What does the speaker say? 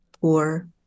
poor